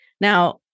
Now